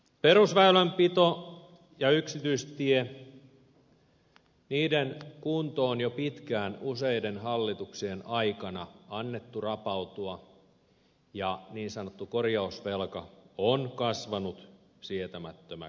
perusväylänpidon ja yksityisteiden kunnon on jo pitkään useiden hallituksien aikana annettu rapautua ja niin sanottu korjausvelka on kasvanut sietämättömäksi mielestäni